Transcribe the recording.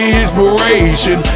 inspiration